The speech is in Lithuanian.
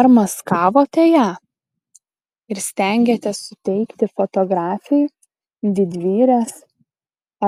ar maskavote ją ir stengėtės suteikti fotografei didvyrės